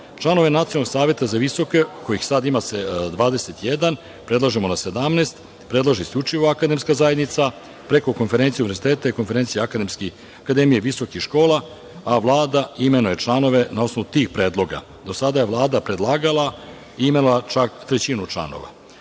Nacionalnog saveta za visoke kojih sada ima 21 predlažemo na 17. To predlaže isključivo akademska zajednica preko konferencije univerziteta i konferencije akademije visokih škola, a Vlada imenuje članove na osnovu tih predloga. Do sada je Vlada predlagala i imenovala čak trećinu